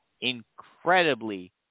incredibly